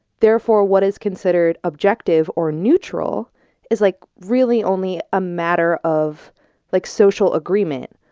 therefore what is considered objective or neutral is like really only a matter of like social agreement,